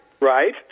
right